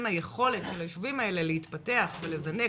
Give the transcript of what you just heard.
היכולת של היישובים האלה להתפתח ולזנק,